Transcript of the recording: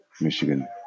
Michigan